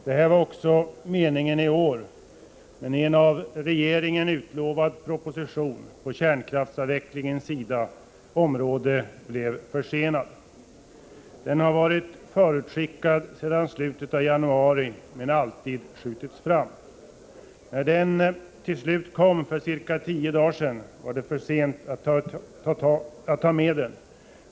Detta var också meningen i år, men en av regeringen utlovad proposition på kärnkraftsavvecklingens område blev försenad. Den har varit förutskickad sedan slutet av januari, men alltid skjutits fram. När den till slut kom för cirka tio dagar sedan var det för sent att ta med den.